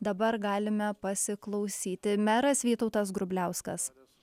dabar galime pasiklausyti meras vytautas grubliauskas